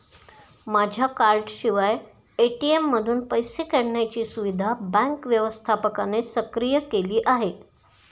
माझ्या कार्डाशिवाय ए.टी.एम मधून पैसे काढण्याची सुविधा बँक व्यवस्थापकाने सक्रिय केली आहे